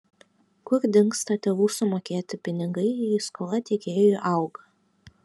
kur dingsta tėvų sumokėti pinigai jei skola tiekėjui auga